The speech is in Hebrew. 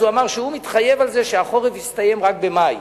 והוא אמר שהוא מתחייב שהחורף יסתיים רק במאי.